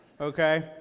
Okay